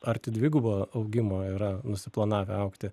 arti dvigubo augimo yra nusiplanavę augti